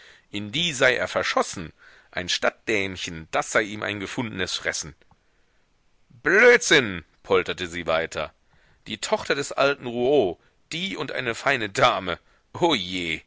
in die sei er verschossen ein stadtdämchen das sei ihm ein gefundenes fressen blödsinn polterte sie weiter die tochter des alten rouault die und eine feine dame